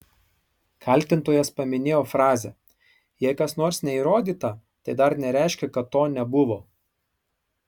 kaltintojas paminėjo frazę jei kas nors neįrodyta tai dar nereiškia kad to nebuvo